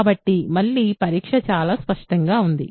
కాబట్టి మళ్ళీ పరీక్ష చాలా స్పష్టంగా ఉంది